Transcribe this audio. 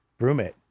Brewmate